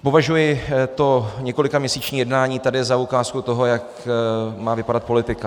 Považuji to několikaměsíční jednání tady za ukázku toho, jak má vypadat politika.